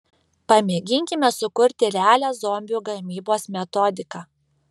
pamėginkime sukurti realią zombių gamybos metodiką